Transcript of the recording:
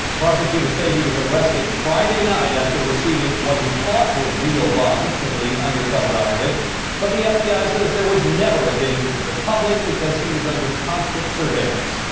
prosecutors say he was arrested friday night after receiving what he thought were real bombs from the undercover operatives but the fbi says there was never a danger to the public because he was under constant surveillance.